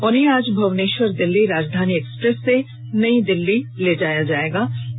उन्हें आज भुवनेश्वर दिल्ली राजधानी एक्सप्रेस से नई दिल्ली ले जाया जा रहा है